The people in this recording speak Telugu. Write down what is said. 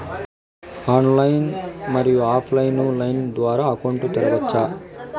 ఆన్లైన్, మరియు ఆఫ్ లైను లైన్ ద్వారా అకౌంట్ తెరవచ్చా?